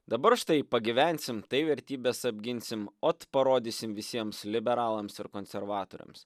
dabar štai pagyvensim tai vertybės apginsim ot parodysim visiems liberalams ir konservatoriams